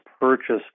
purchase